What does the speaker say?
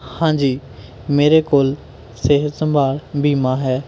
ਹਾਂਜੀ ਮੇਰੇ ਕੋਲ ਸਿਹਤ ਸੰਭਾਲ ਬੀਮਾ ਹੈ